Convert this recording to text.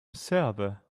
server